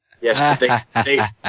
Yes